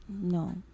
No